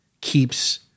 keeps